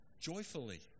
joyfully